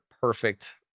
perfect